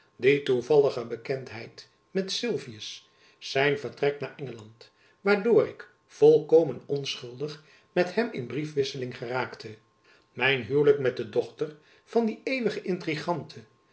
die toevallige bekendheid met sylvius zijn vertrek naar engeland waardoor ik volkomen onschuldig met hem in briefwisseling geraakte mijn huwelijk met de dochter van die eeuwige